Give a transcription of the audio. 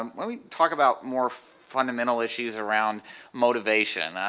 um why don't we talk about more fundamental issues around motivation,